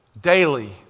daily